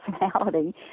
personality